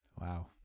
Wow